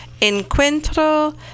Encuentro